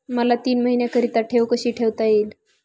मला तीन महिन्याकरिता ठेव कशी ठेवता येईल?